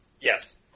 Yes